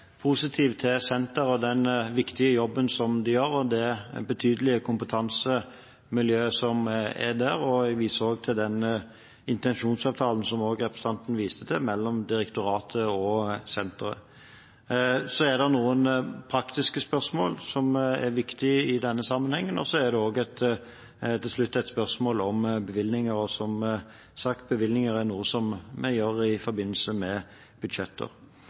er der. Jeg viser også til intensjonsavtalen, som også representanten Grung viste til, mellom direktoratet og senteret. Det er noen praktiske spørsmål som er viktige i denne sammenhengen, og til slutt er det også et spørsmål om bevilgninger – å bevilge er, som sagt, noe vi gjør i forbindelse med budsjetter.